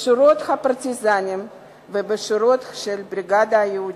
בשורות הפרטיזנים ובשורות הבריגדה היהודית.